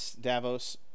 Davos